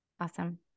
Awesome